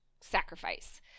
sacrifice